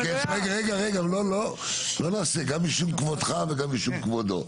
רגע, לא נעשה, גם משום כבודך וגם משום כבודו.